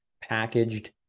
packaged